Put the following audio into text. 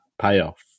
payoff